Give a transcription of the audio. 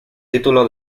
título